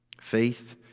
Faith